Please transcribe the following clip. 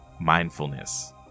Mindfulness